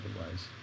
otherwise